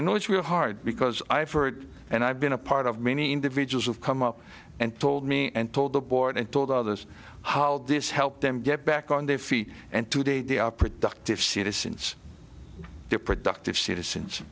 i know it's really hard because i've heard and i've been a part of many individuals who've come up and told me and told the board and told others how this helped them get back on their feet and today they are productive citizens they're productive citizens